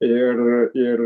ir ir